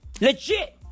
Legit